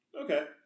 Okay